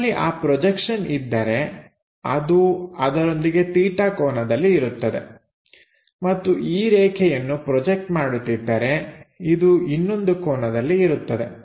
ನಮ್ಮಲ್ಲಿ ಆ ಪ್ರೊಜೆಕ್ಷನ್ ಇದ್ದರೆ ಇದು ಅದರೊಂದಿಗೆ 𝜭 ಕೋನದಲ್ಲಿ ಇರುತ್ತದೆ ಮತ್ತು ಈ ರೇಖೆಯನ್ನು ಪ್ರೊಜೆಕ್ಟ್ ಮಾಡುತ್ತಿದ್ದರೆ ಇದು ಇನ್ನೊಂದು ಕೋನದಲ್ಲಿ ಇರುತ್ತದೆ